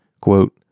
quote